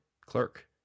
clerk